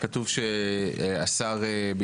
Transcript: כתוב ששר המשפטים,